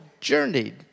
journeyed